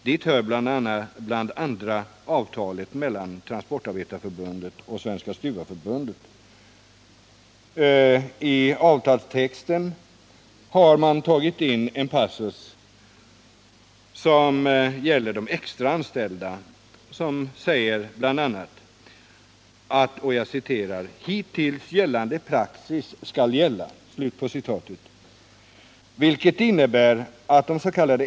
Dit hör bl.a. avtalet mellan Transportarbetareförbundet och Sveriges stuvareförbund. I avtalstexten har man tagit in en passus rörande de extra anställda som säger att ”hittills gällande praxis skall gälla” , vilket innebär att ens.k.